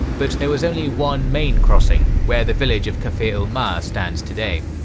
but there was only one main crossing, where the village of kafir-ul-ma stands today.